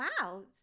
wow